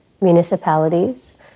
municipalities